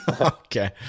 Okay